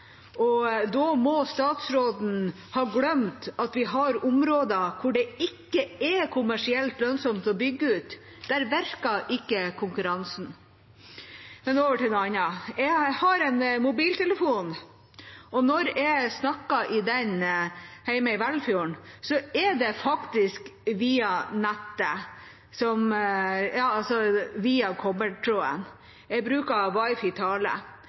konkurranse. Da må statsråden ha glemt at vi har områder hvor det ikke er kommersielt lønnsomt å bygge ut. Der virker ikke konkurransen. Over til noe annet. Jeg har en mobiltelefon, og når jeg snakker i den hjemme i Velfjord, er det faktisk via kobbertråden. Jeg bruker wifi-tale. På kartet står det at det er